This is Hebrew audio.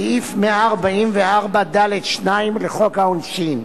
סעיף 144ד2 לחוק העונשין.